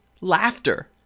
laughter